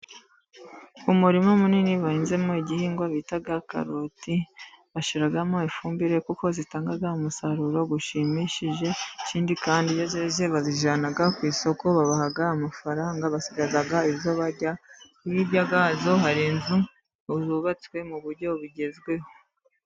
Umurima munini bahinzemo igihingwa bita karoti, bashiramo ifumbire kuko zitanga umusaruro ushimishije, ikindi kandi iyo zeze bazijyana ku isoko babaha amafaranga basigaza izo barya, hirya yazo har'inzu yubatswe mu buryo bugezweho.